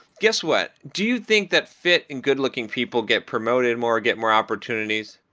guess what? do you think that fit and good-looking people get promoted more or get more opportunities?